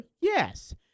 Yes